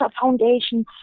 Foundation